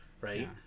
right